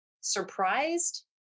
surprised